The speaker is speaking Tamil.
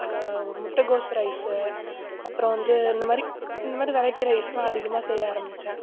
முட்டைகோசு ரைஸு அப்பறம் வந்து இந்த மாரி இந்த மாதிரி வெரைட்டி ரைஸ்லாம் அதிகமாக செய்ய ஆரம்பிச்சேன்